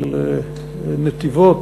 אל נתיבות,